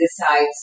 decides